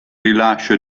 rilascio